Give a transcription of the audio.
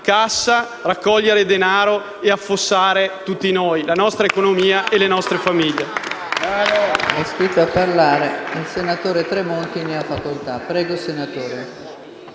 cassa, raccogliere denaro e affossare tutti noi, la nostra economia e le nostre famiglie.